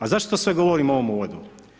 A zašto to sve govorim u ovom uvodu?